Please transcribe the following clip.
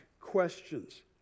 questions